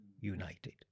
united